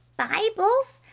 bibles.